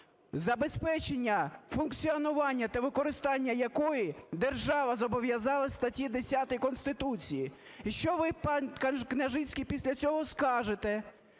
забезпечення функціонування та використання якої держава зобов'язалась в статті 10 Конституції? І що ви, пан Княжицький, після цього скажете,